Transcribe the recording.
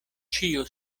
ĉio